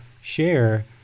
share